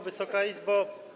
Wysoka Izbo!